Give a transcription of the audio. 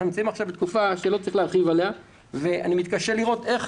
אנחנו נמצאים עכשיו בתקופה שלא צריך להרחיב עליה ואני מתקשה לראות איך